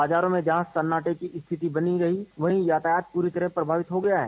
बाजारों में जहां सन्नाटे की स्थिति बनी रही वहीं यातायात पूरी तरह प्रभावित हो गया है